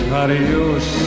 adios